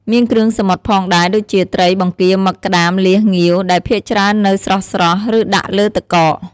មានគ្រឿងសមុទ្រផងដែរដូចជា ត្រី បង្គា មឹក ក្តាម លៀស ងាវ ដែលភាគច្រើននៅស្រស់ៗ ឬដាក់លើទឹកកក។